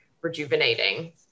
rejuvenating